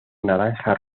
naranja